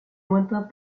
lointain